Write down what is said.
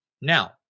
Now